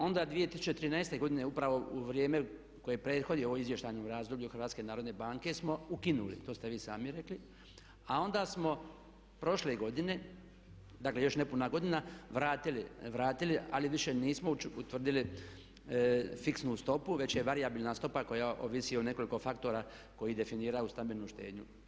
Onda 2013. godine upravo u vrijeme koje prethodi ovom izvještajnom razdoblju Hrvatske narodne banke smo ukinuli, to ste vi sami rekli, a onda smo prošle godine, dakle još nepuna godina vratili ali više nismo utvrdili fiksnu stopu već je varijabilna stopa koja ovisi o nekoliko faktora koji definiraju stambenu štednju.